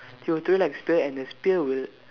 he will throw it like spear and the spear would